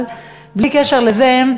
אבל בלי קשר לזה,